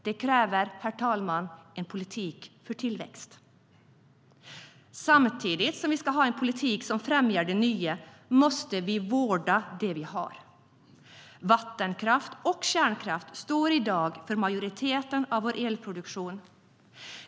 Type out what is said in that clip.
Det krävs en politik för tillväxt, herr talman. Samtidigt som vi ska ha en politik som främjar det nya måste vi vårda det vi har. Vattenkraft och kärnkraft står i dag för majoriteten av vår elproduktion.